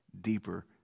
deeper